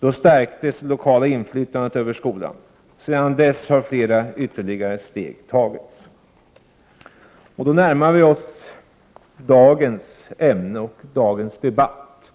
Då stärktes det lokala inflytandet över skolan. Sedan dess har flera ytterligare steg tagits. 73 Vi närmar oss här dagens ämne och dagens debatt.